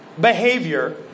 behavior